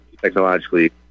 technologically